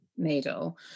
needle